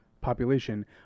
population